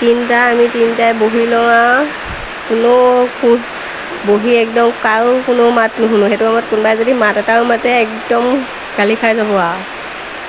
তিনিটা আমি তিনিটাই বহি লওঁ কোনো কোনো বহি একদম কো কোনো মাত নুশুনো সেইটো সময়ত কোনোবাই যদি মাত এটাও মাতে একদম গালি খাই যাব আৰু